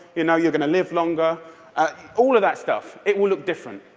you know you're going to live longer all of that stuff, it will look different.